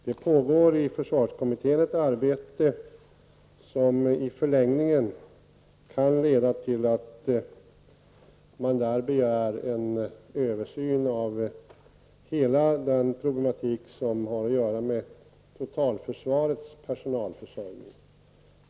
Det pågår i försvarskommittén ett arbete som i förlängningen kan leda till att man där begär en översyn av hela den problematik som har att göra med totalförsvarets personalförsörjning.